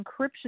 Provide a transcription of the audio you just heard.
encryption